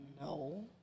No